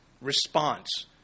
response